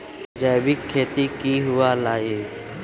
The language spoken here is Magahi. जैविक खेती की हुआ लाई?